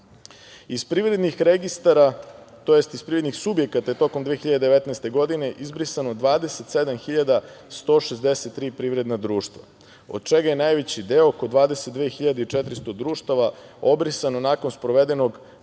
da daju neku novu ideju. Iz privrednih subjekata su tokom 2019. godine izbrisana 27.163 privredna društva, od čega je najveći deo, oko 22.400 društava, obrisano nakon sprovedenog